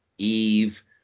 eve